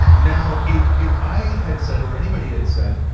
now, if if i had said or anybody had said,